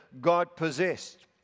God-possessed